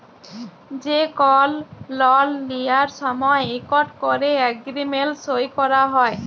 যে কল লল লিয়ার সময় ইকট ক্যরে এগ্রিমেল্ট সই ক্যরা হ্যয়